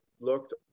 looked